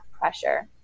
pressure